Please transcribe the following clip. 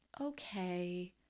okay